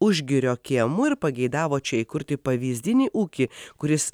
užgirio kiemu ir pageidavo čia įkurti pavyzdinį ūkį kuris